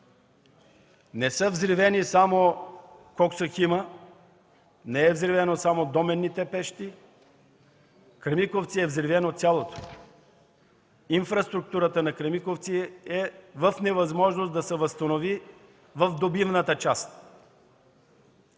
не са взривени само коксохима и доменните пещи. „Кремиковци” е взривено цялото. Инфраструктурата на „Кремиковци” е в невъзможност да се възстанови в добивната част.